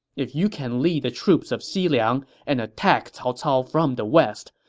if you can lead the troops of xiliang and attack cao cao from the west,